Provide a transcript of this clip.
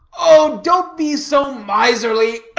oh don't be so miserly